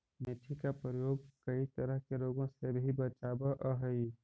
मेथी का प्रयोग कई तरह के रोगों से भी बचावअ हई